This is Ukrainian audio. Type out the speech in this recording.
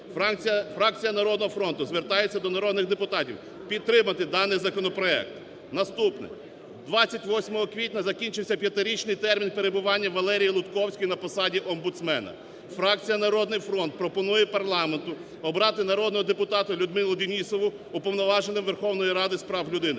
Фракція "Народного фронту" звертається до народних депутатів підтримати даний законопроект. Наступне. 28 квітня закінчився п'ятирічний термін перебування Валерії Лутковської на посаді омбудсмена. Фракція "Народний фронт" пропонує парламенту обрати народного депутата Людмилу Денісову Уповноваженим Верховної Ради з прав людини.